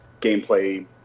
gameplay